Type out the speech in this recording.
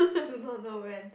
I do not know when